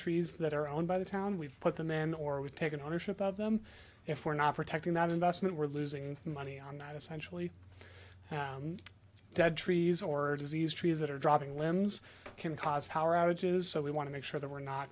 trees that are owned by the town we've put them in or we've taken ownership of them if we're not protecting that investment we're losing money on that essentially dead trees or disease trees that are dropping limbs can cause power outages so we want to make sure that we're not